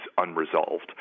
unresolved